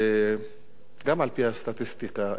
גם על-פי הסטטיסטיקה,